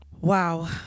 Wow